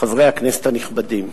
חברי הכנסת הנכבדים,